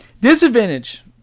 Disadvantage